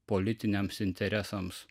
politiniams interesams